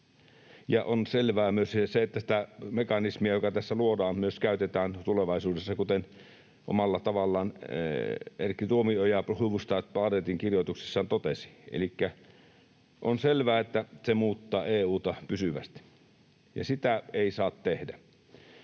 on selvää myös se, että sitä mekanismia, joka tässä luodaan, myös käytetään tulevaisuudessa, kuten omalla tavallaan Erkki Tuomioja Hufvudstadsbladetin kirjoituksessaan totesi. Elikkä on selvää, että se muuttaa EU:ta pysyvästi, ja sitä ei saa tehdä.